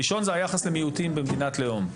הראשון זה היחס למיעוטים במדינת לאום.